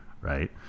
right